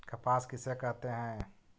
कपास किसे कहते हैं?